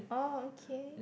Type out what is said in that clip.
oh okay